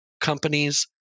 companies